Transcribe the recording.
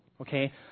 okay